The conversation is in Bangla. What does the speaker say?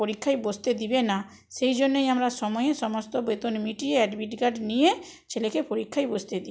পরীক্ষায় বসতে দেবে না সেই জন্যেই আমরা সময়ে সমস্ত বেতন মিটিয়ে অ্যাডমিট কার্ড নিয়ে ছেলেকে পরীক্ষায় বসতে দিই